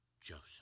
Joseph